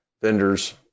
vendors